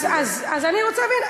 אז אני רוצה להבין.